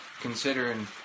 considering